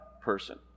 person